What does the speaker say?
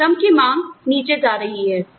और श्रम की मांग नीचे जा रही है